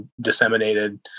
disseminated